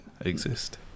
exist